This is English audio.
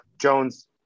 Jones